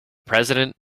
president